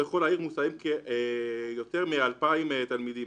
בכל העיר מוסעים יותר מ-2,000 תלמידים,